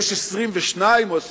יש 22 או 24,